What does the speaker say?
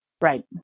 Right